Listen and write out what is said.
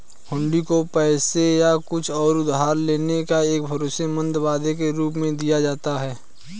हुंडी को पैसे या कुछ और उधार लेने के एक भरोसेमंद वादे के रूप में दिया जाता है